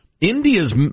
India's